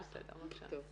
את יכולה לפתוח.